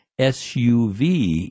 suv